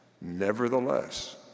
Nevertheless